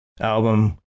album